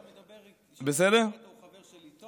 מדבר איתי, הוא חבר טוב שלי.